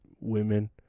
women